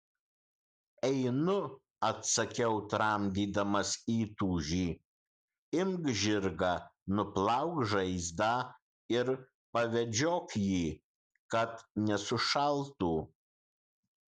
einu atsakiau tramdydamas įtūžį imk žirgą nuplauk žaizdą ir pavedžiok jį kad nesušaltų